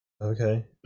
Okay